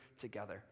together